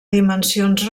dimensions